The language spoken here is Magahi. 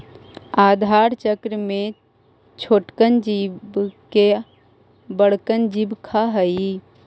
आहार चक्र में छोटकन जीव के बड़कन जीव खा हई